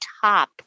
top